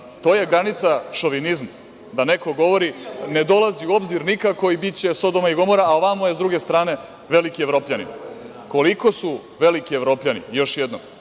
To je granica šovinizma, da neko govori – ne dolazi u obzir nikako i biće sodoma i gomora, a ovamo je sa druge strane veliki Evropljanin. Koliko su veliki Evropljani još jednom